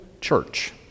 church